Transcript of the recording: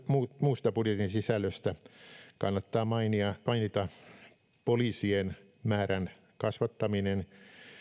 muusta budjetin sisällöstä kannattaa mainita poliisien määrän kasvattaminen